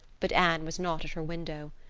but anne was not at her window.